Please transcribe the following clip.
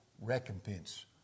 Recompense